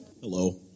Hello